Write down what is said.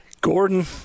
Gordon